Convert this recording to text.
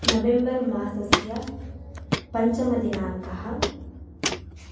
November मासस्य पञ्चमदिनाङ्कः